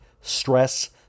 stress